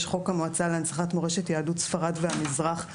יש חוק המועצה להנצחת מורשת יהדות ספרד והמזרח,